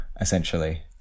essentially